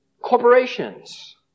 Corporations